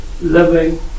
living